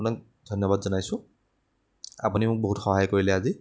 আপোনাক ধন্যবাদ জনাইছোঁ আপুনি মোক বহুত সহায় কৰিলে আজি